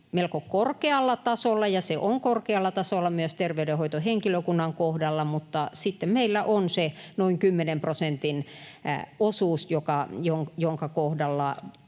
melko korkealla tasolla, ja se on korkealla tasolla myös terveydenhoitohenkilökunnan kohdalla, mutta sitten meillä on se noin 10 prosentin osuus, jonka kohdalla